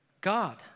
God